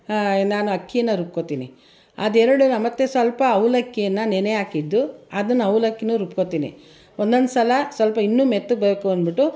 ನಾನು ಅಕ್ಕಿಯನ್ನು ರುಬ್ಕೊಳ್ತೀನಿ ಅದೆರಡು ಮತ್ತು ಸ್ವಲ್ಪ ಅವಲಕ್ಕಿಯನ್ನು ನೆನೆ ಹಾಕಿದ್ದು ಅದನ್ನ ಅವ್ಲಕ್ಕಿಯೂ ರುಬ್ಕೊಳ್ತೀನಿ ಒಂದೊದ್ಸಲ ಸ್ವಲ್ಪ ಇನ್ನೂ ಮೆತ್ತಗೆ ಬೇಕು ಅಂದ್ಬಿಟ್ಟು